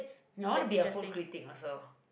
no I want to be a food critique also